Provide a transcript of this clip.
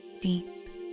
deep